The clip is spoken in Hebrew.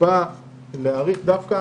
להאריך דווקא